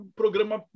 programa